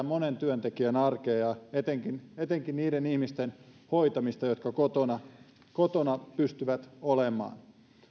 monen työntekijän arkea ja etenkin etenkin niiden ihmisten hoitamista jotka kotona kotona pystyvät olemaan